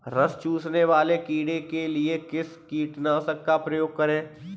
रस चूसने वाले कीड़े के लिए किस कीटनाशक का प्रयोग करें?